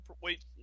wait